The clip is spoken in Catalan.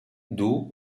duu